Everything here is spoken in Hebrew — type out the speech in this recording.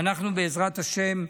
ואנחנו, בעזרת השם,